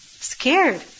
Scared